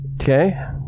okay